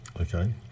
Okay